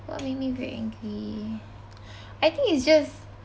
what make me very angry I think it's just